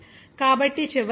కాబట్టి చివరకు ఇది 85